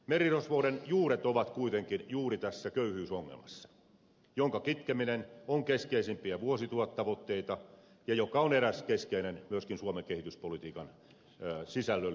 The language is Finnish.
merirosvouden juuret ovat kuitenkin juuri tässä köyhyysongelmassa jonka kitkeminen on keskeisimpiä vuosituhattavoitteita ja joka on myöskin suomen kehityspolitiikan eräs keskeinen sisällöllinen ydin